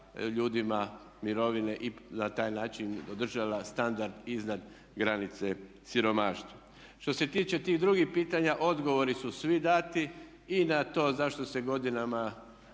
ljudima mirovine i na taj način održala standard iznad granice siromaštva. Što se tiče tih drugih pitanja odgovori su svi dati i na to zašto se godinama